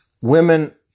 Women